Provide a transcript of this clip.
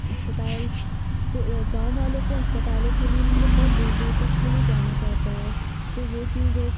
अस्पताल को गाँव वालो को अस्पतालों के लिए मतलब बहुत दूर दूर तक के लिए जाना पड़ता है तो वह चीज़ एक